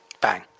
bang